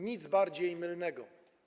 Nic bardziej mylnego.